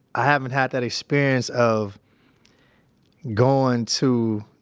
i haven't had that experience of going to,